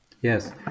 Yes